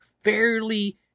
fairly